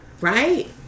Right